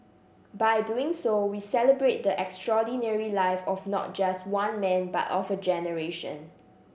by doing so we celebrate the extraordinary life of not just one man but of a generation